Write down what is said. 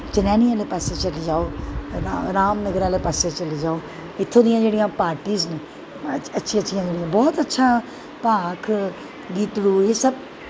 चनैनी आह्लै पास्सै चली जाओ रामनगरै आह्लै पास्सै चली जाओ इत्थुआं दियां जेह्ड़ियां पार्टीस न अच्छियां अच्छियां बौह्त अच्छा भाख गीतड़ू एह् सब